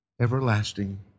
everlasting